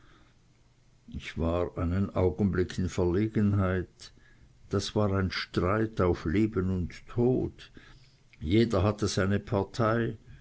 ich war einen augenblick in verlegenheit das war ein streit auf leben und tod jeder hatte seine partei